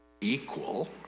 equal